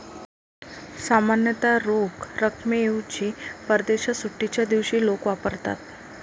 सामान्यतः रोख रकमेऐवजी परदेशात सुट्टीच्या दिवशी लोक वापरतात